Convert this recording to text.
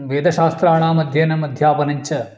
वेदशास्त्राणामध्ययनम् अध्यापनञ्च